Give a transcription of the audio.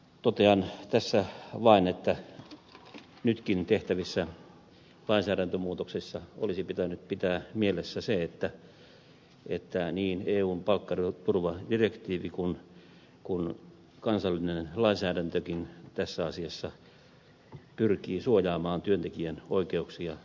totean tässä vain että nytkin tehtävissä lainsäädäntömuutoksissa olisi pitänyt pitää mielessä se että niin eun palkkaturvadirektiivi kuin kansallinen lainsäädäntökin tässä asiassa pyrkii suojaamaan työntekijän oikeuksia työnantajan maksukyvyttömyyden varalta